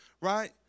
right